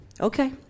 Okay